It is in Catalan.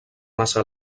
massa